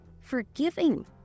forgiving